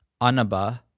Anaba